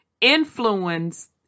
influence